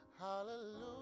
hallelujah